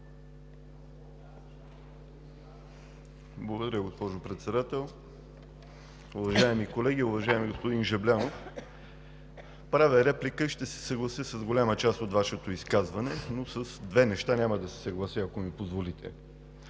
Благодаря, госпожо Председател. Уважаеми колеги! Уважаеми господин Жаблянов, правя реплика. Ще се съглася с голяма част от Вашето изказване, но с две неща няма да се съглася, ако ми позволите.